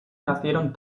nacieron